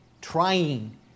trying